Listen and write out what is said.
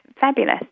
fabulous